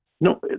No